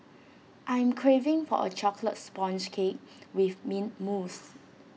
I am craving for A Chocolate Sponge Cake with Mint Mousse